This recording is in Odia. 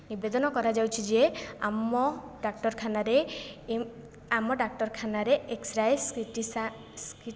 ନିବେଦନ କରାଯାଉଛି ଯେ ଆମ ଡ଼ାକ୍ତରଖାନାରେ ଆମ ଡାକ୍ତରଖାନାରେ ଏକ୍ସରେ ସିଟିସ୍କାନ୍